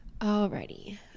Alrighty